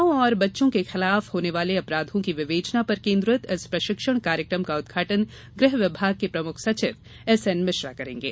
महिलाओं एवं बच्चों के खिलाफ होने वाले अपराधों की विवेचना पर केन्द्रित इस प्रशिक्षण कार्यक्रम का उद्घाटन गृह विभाग के प्रमुख सचिव एस एनमिश्रा करेगें